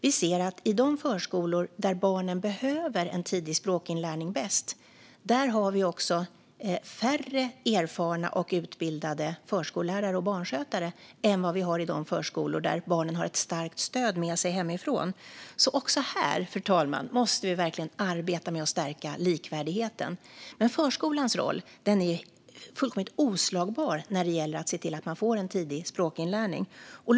Vi ser att vi i de förskolor där barnen mest behöver en tidig språkinlärning har färre erfarna och utbildade förskollärare och barnskötare än vi har i de förskolor där barnen har ett starkt stöd med sig hemifrån. Också här, fru talman, måste vi verkligen arbeta med att stärka likvärdigheten. Förskolans roll är fullkomligt oslagbar när det gäller att se till att barnen får en tidig språkinlärning.